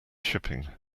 shipping